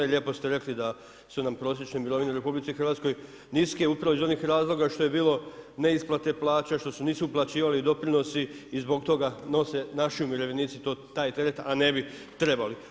I lijepo ste rekli da su nam prosječne mirovine u Republici Hrvatskoj niske upravo iz onih razloga što je bilo neisplate plaća, što se nisu uplaćivali doprinosi i zbog toga nose naši umirovljenici taj teret, a ne bi trebali.